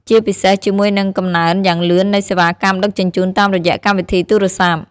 ជាពិសេសជាមួយនឹងកំណើនយ៉ាងលឿននៃសេវាកម្មដឹកជញ្ជូនតាមរយៈកម្មវិធីទូរស័ព្ទ។